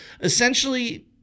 Essentially